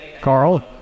Carl